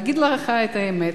להגיד לך את האמת?